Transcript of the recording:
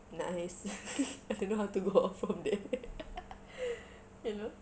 nice I don't know how to go on from there you know